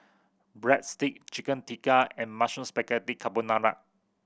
Breadstick Chicken Tikka and Mushroom Spaghetti Carbonara